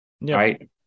right